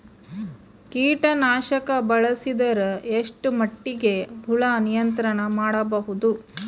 ಕೀಟನಾಶಕ ಬಳಸಿದರ ಎಷ್ಟ ಮಟ್ಟಿಗೆ ಹುಳ ನಿಯಂತ್ರಣ ಮಾಡಬಹುದು?